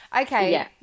Okay